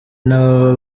n’ababa